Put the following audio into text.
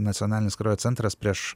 nacionalinis kraujo centras prieš